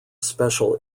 special